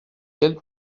quel